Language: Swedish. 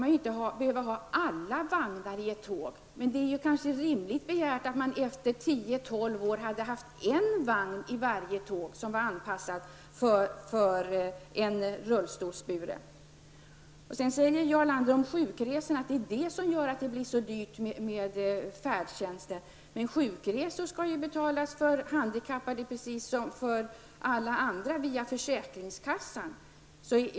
Men med tanke på att den aktuella lagen har varit i kraft i tio--tolv år är det kanske ett rimligt krav att det skall finnas åtminstone en vagn i varje tåg som är anpassad för rullstolsbundna. Jarl Lander säger att sjukresorna gör att det blir så dyrt med färdtjänsten. Men sjukresor för handikappade skall ju betalas via försäkringskassan, precis som alla andras sjukresor.